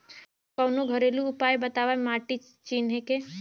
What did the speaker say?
कवनो घरेलू उपाय बताया माटी चिन्हे के?